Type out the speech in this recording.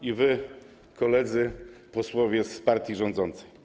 I wy, koledzy posłowie z partii rządzącej!